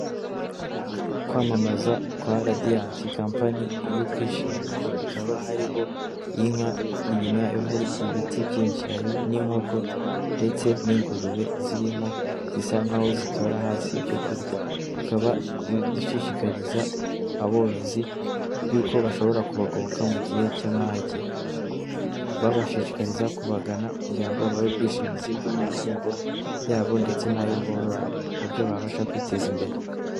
Kwamamaza kwa radinti kampani y'ubwishingizi ikaba hariho inka inyuma yayo hari ibiti byinshi hari n'inkoko ndetse n'ingurube zirimo zisa nkaho zitora hasi ibyo kurya ikaba ishishikariza aborozi yuko bashobora kubagoboka mu gihe cy'amage babashishikariza kubagana kugira ngo babahe ubwishingizi bw'amatungo yabo ndetse n'ayo borora ku buryo babasha kwiteza imbere.